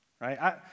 right